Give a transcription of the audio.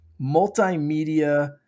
multimedia